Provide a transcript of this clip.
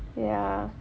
ya